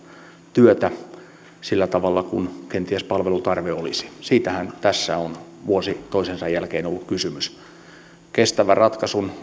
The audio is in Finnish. työtä sillä tavalla kuin kenties palvelutarve olisi siitähän tässä on vuosi toisensa jälkeen ollut kysymys todennäköisyys kestävän ratkaisun